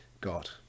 God